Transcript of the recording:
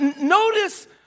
Notice